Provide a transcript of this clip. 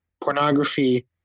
pornography